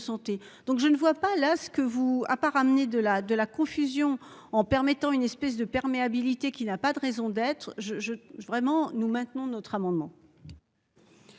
donc je ne vois pas là ce que vous a pas ramené de la de la confusion en permettant une espèce de perméabilité qui n'a pas de raison d'être. Je je je, vraiment. Nous maintenons notre amendement.